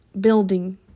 building